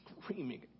screaming